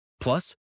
Plus